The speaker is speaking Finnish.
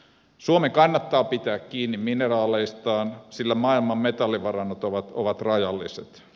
suomen kannattaa pitää kiinni mineraaleistaan sillä maailman metallivarannot ovat rajalliset